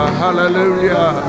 hallelujah